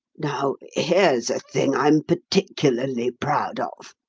now, here's a thing am particularly proud of,